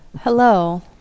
Hello